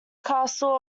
castle